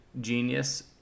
genius